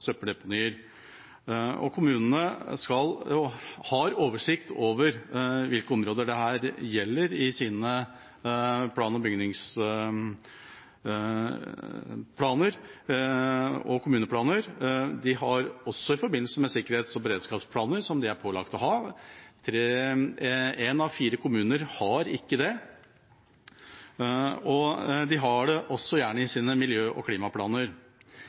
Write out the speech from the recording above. har oversikt over hvilke områder dette gjelder, i sine plan- og bygningsplaner og kommuneplaner. De har det også i forbindelse med sikkerhets- og beredskapsplaner, som de er pålagt å ha. Én av fire kommuner har ikke det. De har det gjerne også i sine miljø- og klimaplaner.